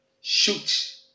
shoot